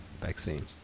vaccine